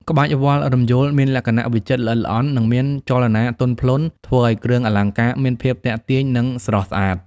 ក្បាច់វល្លិ៍រំយោលមានលក្ខណៈវិចិត្រល្អិតល្អន់ និងមានចលនាទន់ភ្លន់ ធ្វើឱ្យគ្រឿងអលង្ការមាន ភាពទាក់ទាញ និងស្រស់ស្អាត។